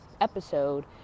episode